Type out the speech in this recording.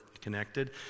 connected